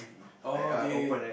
orh K K K